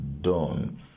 done